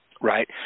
Right